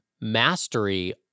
mastery